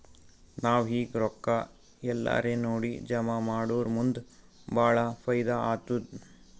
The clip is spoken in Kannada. ನಾವ್ ಈಗ್ ರೊಕ್ಕಾ ಎಲ್ಲಾರೇ ನೋಡಿ ಜಮಾ ಮಾಡುರ್ ಮುಂದ್ ಭಾಳ ಫೈದಾ ಆತ್ತುದ್